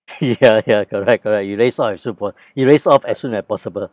ya ya correct correct erase off as soon ~ erase off as soon as possible